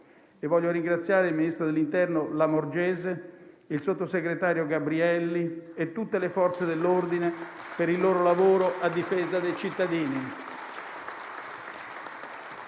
Voglio ringraziare il ministro dell'interno Lamorgese, il sottosegretario Gabrielli e tutte le Forze dell'ordine per il loro lavoro a difesa dei cittadini.